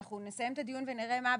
אנחנו נסיים את הדיון ונראה מה הבקשה.